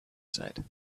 said